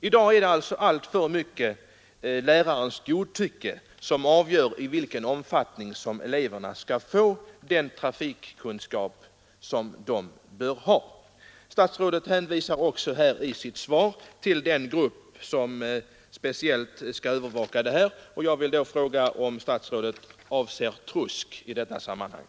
I dag är det alltför mycket lärarens godtycke som avgör i vilken omfattning eleverna skall få den trafikkunskap de bör ha. Statsrådet hänvisar också i sitt svar till den grupp som speciellt skall övervaka detta, och jag vill då fråga om statsrådet avser TRUSK i detta sammanhang.